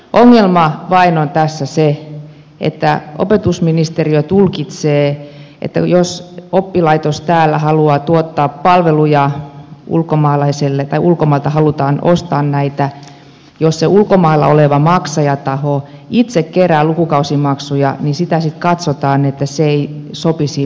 ongelma tässä vain on se että opetusministeriö tulkitsee että jos oppilaitos täällä halua tuottaa palveluja ulkomaalaisille ulkomailta halutaan ostaa näitä palveluja ja jos se ulkomailla oleva maksajataho itse kerää lukukausimaksuja niin sitten katsotaan että se ei sopisi meille